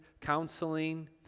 counseling